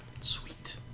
Sweet